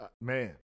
man